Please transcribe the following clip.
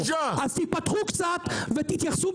אז תיפתחו קצת ותתייחסו